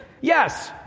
Yes